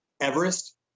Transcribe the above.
Everest